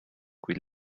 kuid